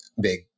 big